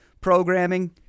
programming